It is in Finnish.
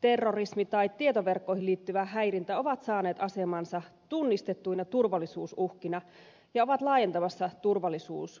terrorismi tai tietoverkkoihin liittyvä häirintä ovat saaneet asemansa tunnistettuina turvallisuusuhkina ja ovat laajentamassa turvallisuuskäsitystämme